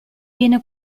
viene